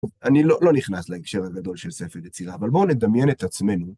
אני לא נכנס להקשר הגדול של ספר דצירה, אבל בואו נדמיין את עצמנו.